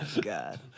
God